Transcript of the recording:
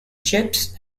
chips